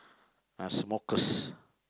ah smokers